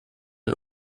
den